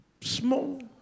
small